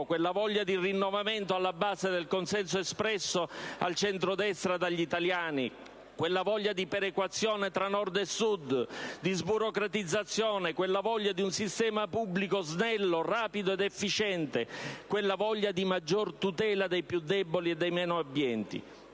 quella voglia di rinnovamento alla base del consenso espresso al centrodestra dagli italiani, quella voglia di perequazione tra Nord e Sud, di sburocratizzazione, quella voglia di un sistema pubblico snello, rapido ed efficiente, quella voglia di maggiore tutela dei più deboli e dei meno abbienti.